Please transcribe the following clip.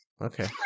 Okay